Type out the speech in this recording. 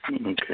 Okay